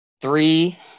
three